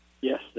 Yes